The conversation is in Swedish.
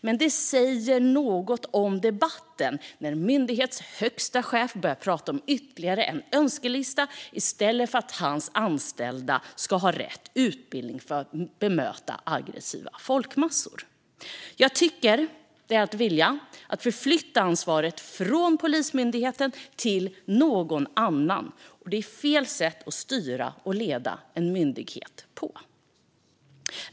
Men det säger något om debatten när en myndighets högsta chef börjar prata om ytterligare en önskelista i stället för att hans anställda ska ha rätt utbildning för att möta aggressiva folkmassor. Jag tycker att det är att vilja förflytta ansvaret från Polismyndigheten till någon annan, och det är fel sätt att styra och leda en myndighet på.